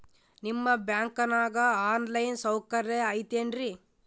ನಿಮ್ಮ ಬ್ಯಾಂಕನಾಗ online ಸೌಕರ್ಯ ಐತೇನ್ರಿ?